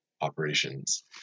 operations